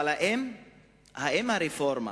אבל, האם יש ברפורמה